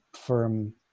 firm